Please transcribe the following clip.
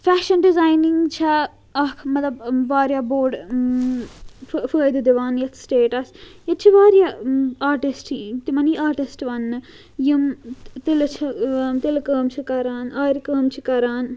fashion designing چھےٚ اَکھ مطلب واریاہ بوٚڑ فٲیدٕ دِوان یَتھ سِٹیٹَس ییٚتہِ چھِ واریاہ آٹِسٹ تِمَن یی آٹِسٹ وَننہٕ یِم تِلہٕ چھِ تِلہٕ کٲم چھِ کَران آرِ کٲم چھِ کَران